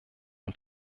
und